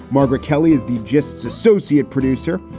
margaret kelley is the gists associate producer.